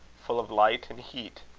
full of light and heat,